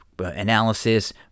Analysis